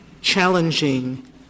challenging